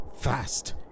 fast